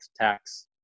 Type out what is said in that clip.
tax